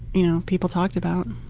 you know, people talked about.